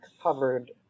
covered